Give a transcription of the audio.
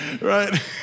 right